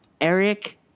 Eric